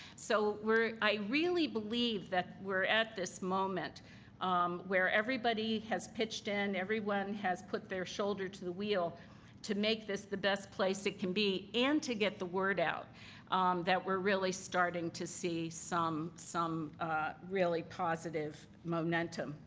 so we're i really believe that we're at this moment um where everybody has pitched in. everyone has put their shoulder to the wheel to make this the best place it can be and to get the word out that we're really starting to see some some really positive momentum.